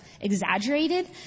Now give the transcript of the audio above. exaggerated